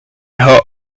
her